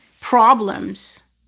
problems